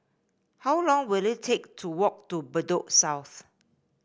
how long will it take to walk to Bedok South